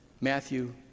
Matthew